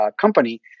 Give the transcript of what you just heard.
company